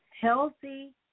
healthy